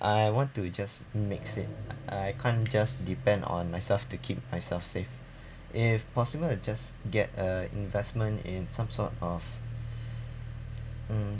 I want to just mix it I can't just depend on myself to keep myself safe if possible I just get a investment in some sort of mm